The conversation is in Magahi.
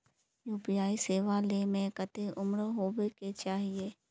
यु.पी.आई सेवा ले में कते उम्र होबे के चाहिए?